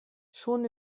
schon